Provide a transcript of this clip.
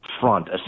front